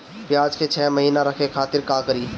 प्याज के छह महीना रखे खातिर का करी?